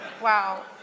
Wow